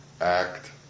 act